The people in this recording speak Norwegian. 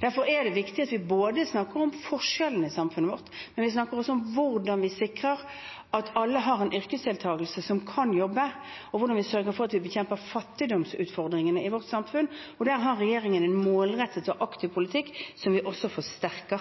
Derfor er det viktig at vi snakker om forskjellene i samfunnet vårt, men også snakker om hvordan vi sikrer at alle som kan jobbe, deltar i yrkeslivet, og om hvordan vi sørger for at vi bekjemper fattigdomsutfordringene i vårt samfunn. Der har regjeringen en målrettet og aktiv politikk som vi også forsterker.